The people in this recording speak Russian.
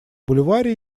бульваре